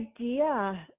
idea